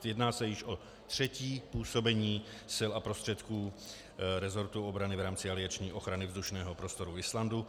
Jedná se již o třetí působení sil a prostředků resortu obrany v rámci alianční ochrany vzdušného prostoru Islandu.